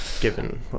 given